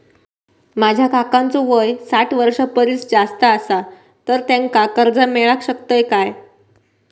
माझ्या काकांचो वय साठ वर्षां परिस जास्त आसा तर त्यांका कर्जा मेळाक शकतय काय?